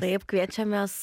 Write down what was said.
taip kviečiamės